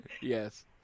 Yes